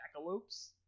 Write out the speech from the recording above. jackalopes